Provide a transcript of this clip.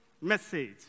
message